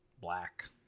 Black